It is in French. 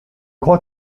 crois